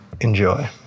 Enjoy